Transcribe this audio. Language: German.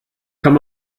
kann